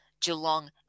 Geelong